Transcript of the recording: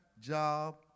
job